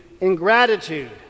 ingratitude